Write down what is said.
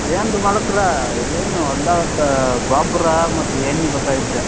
ಏನು ಏನು ಗೊಬ್ರಾ ಮತ್ತು ಎಣ್ಣೆ ಬೇಕಾಯಿತ್ ರೀ